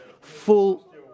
full